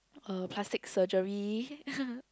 uh plastic surgery